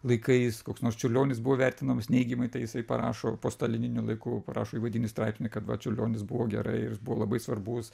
laikais koks nors čiurlionis buvo vertinamas neigiamai tai jisai parašo po stalininiu laiku parašo įvadinį straipsnį kad va čiurlionis buvo gerai ir jis buvo labai svarbus